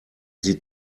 sie